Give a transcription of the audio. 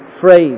phrase